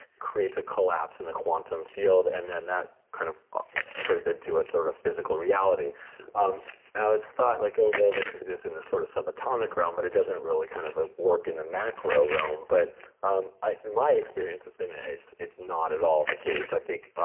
creates a collapse in the quantum field, and then that kind of turns into a sort of physical reality um now, it's thought, like oh, well this exists in the sort of subatomic realm, but it doesn't really kind of ah work in the macro realm, but um my experience has been it's it's not at all the case. i think